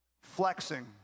Flexing